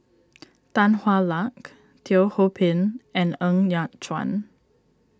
Tan Hwa Luck Teo Ho Pin and Ng Yat Chuan